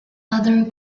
other